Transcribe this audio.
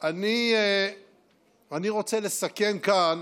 אני רוצה לסכם כאן